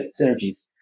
synergies